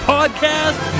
Podcast